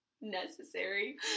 necessary